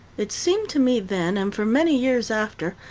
it seemed to me then, and for many years after,